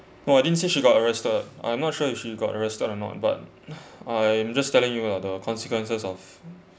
no I didn't say she got arrested I'm not sure if she got arrested or not but I'm just telling you lah the consequences of